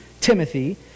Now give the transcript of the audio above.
Timothy